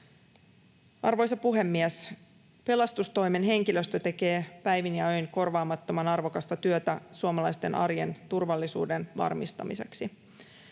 Arvoisa puhemies! Pelastustoimen henkilöstö tekee päivin ja öin korvaamattoman arvokasta työtä suomalaisten arjen turvallisuuden varmistamiseksi.